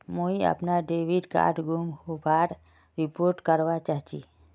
मुई अपना debit card गूम होबार रिपोर्ट करवा चहची